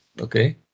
Okay